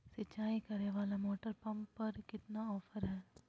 सिंचाई करे वाला मोटर पंप पर कितना ऑफर हाय?